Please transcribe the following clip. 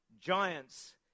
Giants